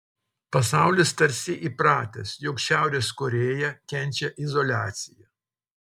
pasaulis tarsi įpratęs jog šiaurės korėja kenčia izoliaciją